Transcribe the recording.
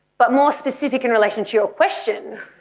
but more specific in relation to your question,